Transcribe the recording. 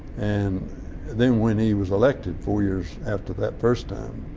and then when he was elected four years after that first time,